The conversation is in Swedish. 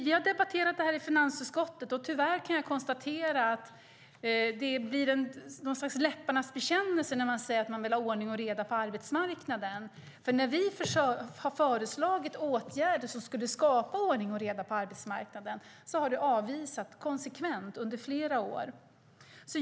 Vi har debatterat det här i finansutskottet, och tyvärr kan jag konstatera att det blir något slags läpparnas bekännelse när man säger att man vill ha ordning och reda på arbetsmarknaden, för när vi har föreslagit åtgärder som skulle skapa ordning och reda på arbetsmarknaden har de avvisats konsekvent under flera år.